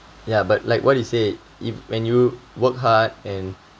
ya but like what you said if when you work hard and